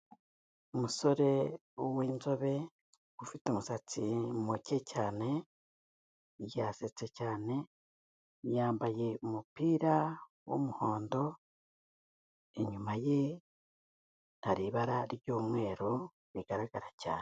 Umusore w'inzobe, ufite umusatsi muke cyane, yasetse cyane, yambaye umupira w'umuhondo, inyuma ye hari ibara ry'umweru, rigaragara cyane.